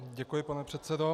Děkuji, pane předsedo.